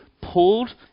pulled